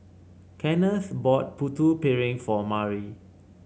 Kenneth bought Putu Piring for Mari